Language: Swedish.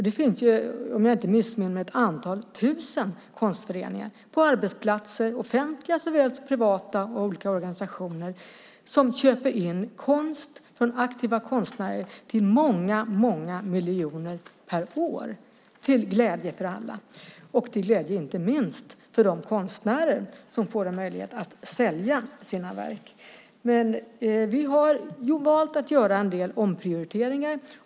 Det finns om jag inte missminner mig ett antal tusen konstföreningar på arbetsplatser, offentliga såväl som privata, och olika organisationer som köper in konst från aktiva konstnärer till många miljoner per år, till glädje för alla och inte minst för de konstnärer som får en möjlighet att sälja sina verk. Vi har valt att göra en del omprioriteringar.